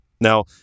Now